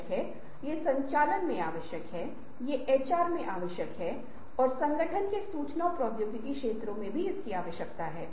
लेकिन जब एक ही समय में बहुत सारे संभावित समाधान उत्पन्न होते हैं जब तक कि आप उन्हें एक साथ नहीं देते हैं तब तक आप नहीं जानते कि समाधान मौजूद हैं आप अधिक संख्या के विचारों उत्पन्न करने में सक्षम रहते हैं